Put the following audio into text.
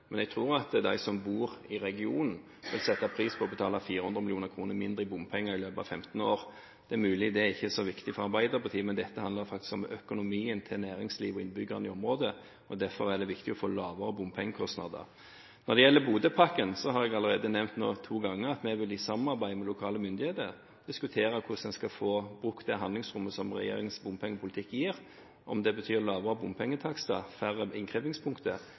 regionen, vil sette pris på å betale 400 mill. kr mindre i bompenger i løpet av 15 år. Det er mulig det ikke er så viktig for Arbeiderpartiet, men dette handler faktisk om økonomien til næringslivet og innbyggerne i området, og derfor er det viktig å få lavere bompengekostnader. Når det gjelder Bodø-pakken, har jeg allerede nevnt to ganger at vi i samarbeid med lokale myndigheter vil diskutere hvordan vi skal få brukt det handlingsrommet som regjeringens bompengepolitikk gir – om det betyr lavere bompengetakster, færre innkrevingspunkter